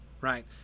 right